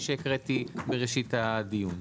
כפי שהקראתי בראשית הדיון.